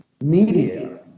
media